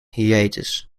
hiatus